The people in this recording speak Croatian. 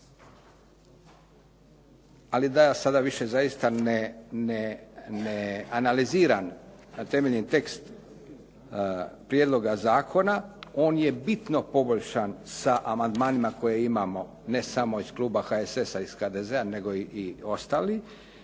Ali da ja sada više zaista ne analiziram na temeljni tekst prijedloga zakona, on je bitno poboljšan sa amandmanima koje imamo ne samo iz kluba HSS-a, iz HDZ-a nego i ostalih,